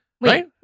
Right